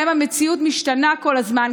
שבהם המציאות משתנה כל הזמן,